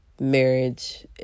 marriage